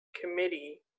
committee